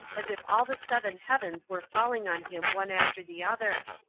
as if all the seven heavens were falling on him one after the other.